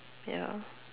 ya